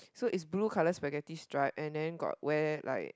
so is blue colour spaghetti stripe and then got wear like